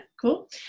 cool